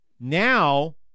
Now